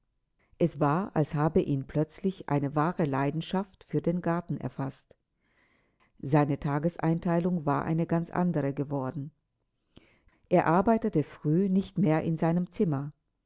es war als habe ihn plötzlich eine wahre leidenschaft für den garten erfaßt seine tageseinteilung war eine ganz andere geworden er arbeitete früh nicht mehr in seinem zimmer